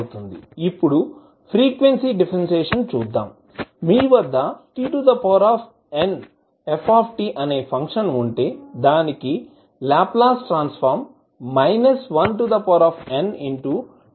ఇప్పుడు frequency differentiation ను చూద్దాం మీ వద్ద tnfఅనే ఫంక్షన్ ఉంటే దానికి లాప్లాస్ ట్రాన్స్ ఫార్మ్ ndnFdsn అవుతుంది